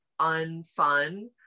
unfun